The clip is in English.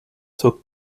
took